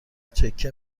چکه